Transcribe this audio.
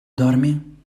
dormi